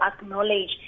acknowledge